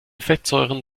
fettsäuren